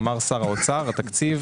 התקציב